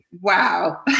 wow